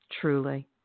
Truly